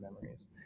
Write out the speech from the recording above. memories